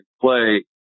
play